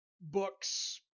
books